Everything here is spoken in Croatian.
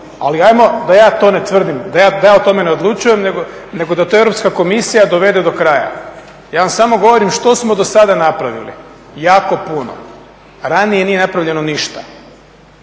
Ali ajmo da ja to ne tvrdim da ja o tome ne odlučujem nego da to Europska komisija dovede do kraja. Ja vam samo govorim što smo do sada napravili, jako puno, ranije nije napravljeno ništa.